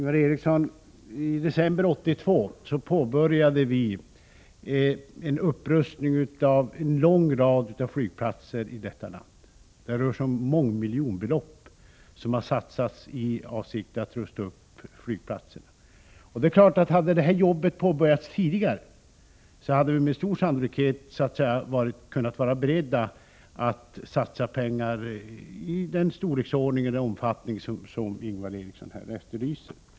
Herr talman! I december 1982 påbörjade vi, Ingvar Eriksson, en upprustning av en lång rad flygplatser i detta land. Det är mångmiljonbelopp som har satsats i avsikt att rusta upp flygplatser. Om detta arbete hade inletts tidigare, hade vi med stor sannolikhet kunnat vara beredda att satsa pengar i den omfattning som Ingvar Eriksson här efterlyser.